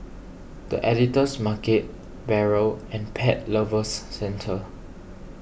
the Editor's Market Barrel and Pet Lovers Centre